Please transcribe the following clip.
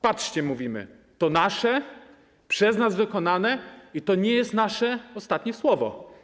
Patrzcie, mówimy, to nasze, przez nas wykonane i to nie jest nasze ostatnie słowo.